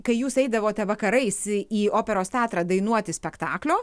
kai jūs eidavote vakarais į operos teatrą dainuoti spektaklio